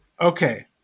okay